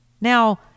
Now